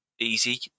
easy